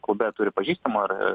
klube turi pažįstamų ir